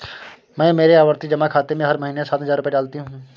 मैं मेरे आवर्ती जमा खाते में हर महीने सात हजार रुपए डालती हूँ